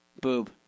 Boob